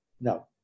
no